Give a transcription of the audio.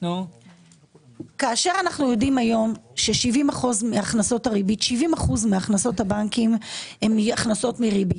כאשר אנו יודעים היום ש-70% מהכנסות הבנקים הן הכנסות מריבית.